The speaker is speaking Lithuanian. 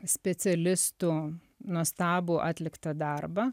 specialistų nuostabų atliktą darbą